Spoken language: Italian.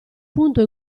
punto